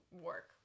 work